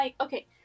okay